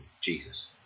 Jesus